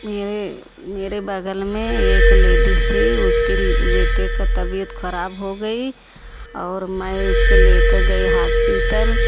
मेरे मेरे बगल में एक लेडिस थी उसके बेटे की तबीयत खराब हो गई और मैं उसके लेकर गया हॉस्पिटल